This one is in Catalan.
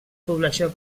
població